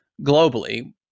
globally